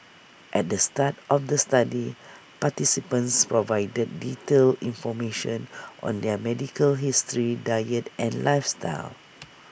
at the start of the study participants provided detailed information on their medical history diet and lifestyle